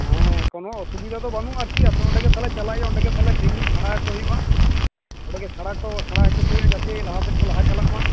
ᱦᱮᱸ ᱦᱮᱸ ᱠᱚᱱᱚ ᱚᱥᱩᱵᱤᱫᱷᱟ ᱫᱚ ᱵᱟᱹᱱᱩᱼᱟ ᱟᱨᱠᱤ ᱟᱯᱮ ᱚᱱᱰᱮ ᱜᱮ ᱛᱟᱦᱚᱞᱮ ᱪᱟᱞᱟ ᱦᱩᱭᱩᱼᱟ ᱚᱱᱰᱮ ᱜᱮ ᱛᱟᱦᱚᱞᱮ ᱴᱨᱮᱱᱤᱝ ᱥᱮᱸᱲᱟ ᱟᱠᱚ ᱦᱩᱭᱩᱼᱟ ᱚᱱᱰᱮ ᱜᱮ ᱥᱮᱸᱲᱟ ᱟᱠᱚ ᱥᱮᱸᱲᱟ ᱚᱪᱚ ᱠᱚ ᱦᱩᱭᱩᱼᱟ ᱡᱟᱛᱮ ᱞᱟᱦᱟ ᱥᱮᱫ ᱠᱚ ᱞᱟᱦᱟ ᱪᱟᱞᱟᱼᱢᱟ